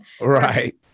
Right